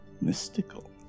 Mystical